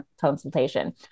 consultation